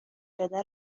داده